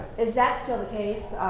is that still the case?